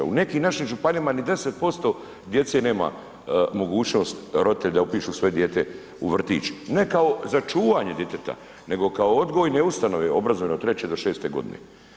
U nekim našim županijama ni 10% djece nema mogućnost roditelji da upišu svoje dijete u vrtić, ne kao za čuvanje za djeteta nego kao odgojne ustanove obrazovne od 3 do 6 godine.